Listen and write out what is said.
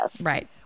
Right